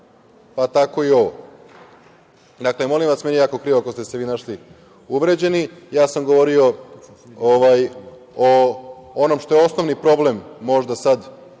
Tako i ovo. Molim vas, meni je jako krivo ako ste se vi našli uvređeni. Ja sam govorio o onom što je osnovni problem, jedan od